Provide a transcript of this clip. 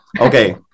Okay